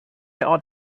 ought